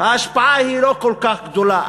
ההשפעה היא לא כל כך גדולה.